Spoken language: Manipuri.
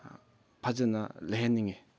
ꯐꯖꯅ ꯂꯩꯍꯟꯅꯤꯡꯏ